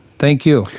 thank you.